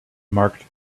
marked